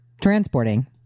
transporting